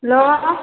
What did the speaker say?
hello